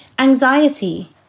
Anxiety